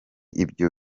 ibyo